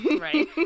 Right